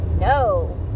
No